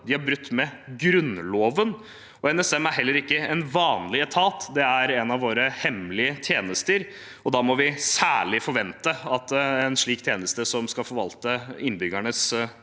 de har brutt Grunnloven. NSM er heller ikke en vanlig etat. Det er en av våre hemmelige tjenester, og vi må kunne forvente at særlig en slik tjeneste, som skal forvalte innbyggernes